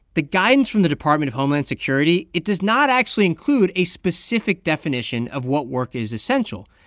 the guidance from the department of homeland security it does not actually include a specific definition of what work is essential.